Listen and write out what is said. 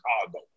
Chicago